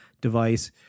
device